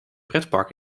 pretpark